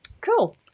Cool